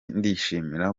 ndishimira